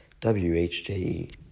WHJE